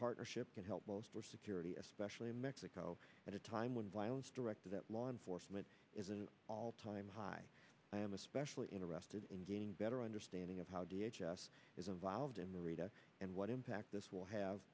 partnership can help most for security especially in mexico at a time when violence directed at law enforcement is an all time high i am especially interested in getting better understanding of how d h s s is a valve to merida and what impact this will have